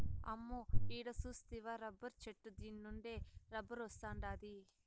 అమ్మో ఈడ సూస్తివా రబ్బరు చెట్టు దీన్నుండే రబ్బరొస్తాండాది